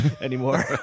anymore